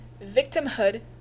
victimhood